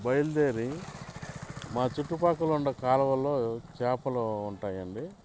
బయలుదేరి మా చుట్టుపక్కల ఉన్న కాలవలో చేపలు ఉంటాయి అండి